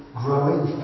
growing